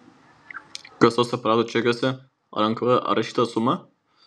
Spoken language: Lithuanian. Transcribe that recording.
kasos aparatų čekiuose ranka rašyta suma